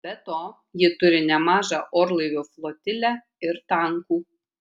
be to ji turi nemažą orlaivių flotilę ir tankų